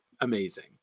amazing